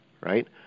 right